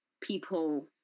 people